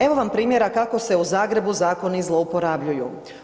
Evo vam primjera kako se u Zagrebu zakoni zlouporabljuju.